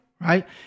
right